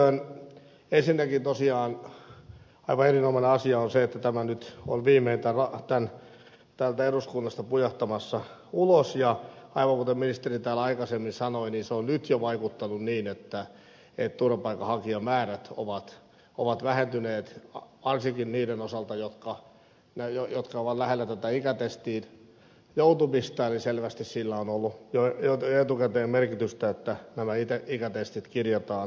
ensinnäkin tosiaan aivan erinomainen asia on se että tämä nyt on viimein täältä eduskunnasta pujahtamassa ulos ja aivan kuten ministeri täällä aikaisemmin sanoi se on nyt jo vaikuttanut niin että turvapaikanhakijamäärät ovat vähentyneet varsinkin niiden osalta jotka ovat lähellä ikätestiin joutumista eli selvästi sillä on ollut jo etukäteen merkitystä että nämä ikätestit kirjataan lakiin